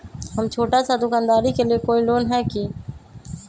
हम छोटा सा दुकानदारी के लिए कोई लोन है कि?